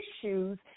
issues